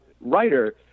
writer